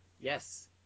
Yes